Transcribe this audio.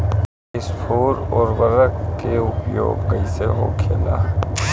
स्फुर उर्वरक के उपयोग कईसे होखेला?